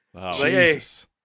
Jesus